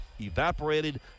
evaporated